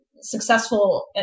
Successful